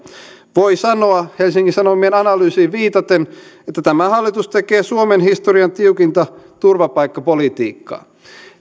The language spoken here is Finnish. voi sanoa helsingin sanomien analyysiin viitaten että tämä hallitus tekee suomen historian tiukinta turvapaikkapolitiikkaa